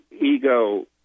ego